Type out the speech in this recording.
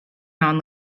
non